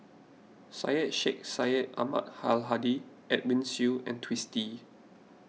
Syed Sheikh Syed Ahmad Al Hadi Edwin Siew and Twisstii